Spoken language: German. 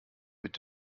mit